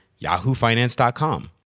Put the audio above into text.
yahoofinance.com